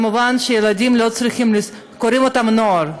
מובן שילדים לא צריכים, קוראים להם נוער.